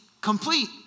complete